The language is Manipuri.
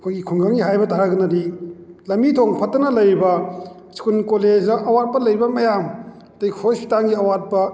ꯑꯩꯈꯣꯏꯒꯤ ꯈꯨꯡꯒꯪꯒꯤ ꯍꯥꯏꯕ ꯇꯥꯔꯒꯅꯗꯤ ꯂꯝꯕꯤ ꯊꯣꯡ ꯐꯠꯇꯅ ꯂꯩꯔꯤꯕ ꯁ꯭ꯀꯨꯜ ꯀꯣꯂꯦꯖꯇ ꯑꯋꯥꯠꯄ ꯂꯩꯔꯤꯕ ꯃꯌꯥꯝ ꯑꯗꯩ ꯍꯣꯁꯄꯤꯇꯥꯜꯒꯤ ꯑꯋꯥꯠꯄ